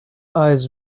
eyes